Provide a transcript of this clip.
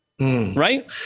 Right